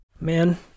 Man